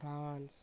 France